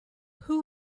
who